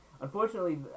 unfortunately